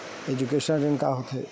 Education ऋण का होथे?